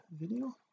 video